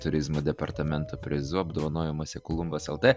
turizmo departamento prizu apdovanojimuose kolumbas lt